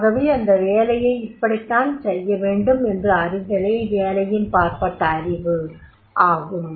ஆகவே அந்த வேலையை இப்படித்தான் செய்யவேண்டும் என்று அறிதலே வேலையின் பாற்ப்பட்ட அறிவு ஆகும்